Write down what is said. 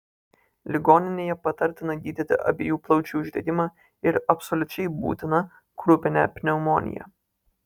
ligoninėje patartina gydyti abiejų plaučių uždegimą ir absoliučiai būtina krupinę pneumoniją